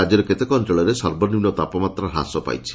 ରାଜ୍ୟର କେତେକ ଅଞ୍ଞଳରେ ସର୍ବନିମୁ ତାପମାତ୍ରା ହ୍ରାସ ପାଇଛି